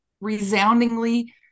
resoundingly